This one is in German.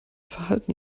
verhalten